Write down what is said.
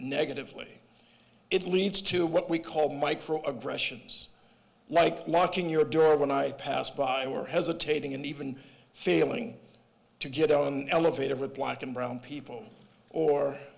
negatively it leads to what we call micro aggressions like marking your door when i pass by or hesitating and even failing to get out of an elevator for black and brown people or